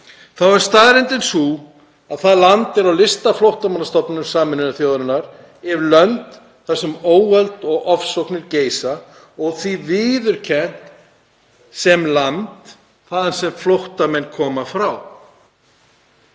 þá er staðreyndin sú að það land er á lista Flóttamannastofnunar Sameinuðu þjóðanna yfir lönd þar sem óöld og ofsóknir geisa og því er það viðurkennt sem land sem flóttamenn koma frá.